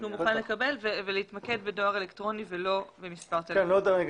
שהוא מוכן לקבל ולהתמקד בדואר אלקטרוני ולא במספר טלפוני.